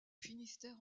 finistère